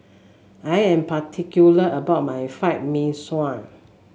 I am particular about my Fried Mee Sua